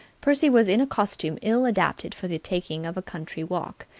percy was in a costume ill adapted for the taking of country walks.